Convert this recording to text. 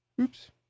Oops